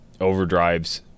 overdrives